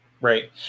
Right